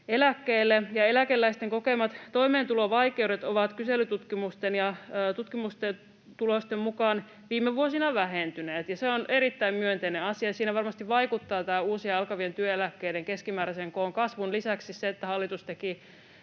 eläkkeelle. Eläkeläisten kokemat toimeentulovaikeudet ovat kyselytutkimusten ja muiden tutkimustulosten mukaan viime vuosina vähentyneet, ja se on erittäin myönteinen asia. Siinä varmasti vaikuttaa tämän uusien, alkavien työeläkkeiden keskimääräisen koon kasvun lisäksi se, että hallitus teki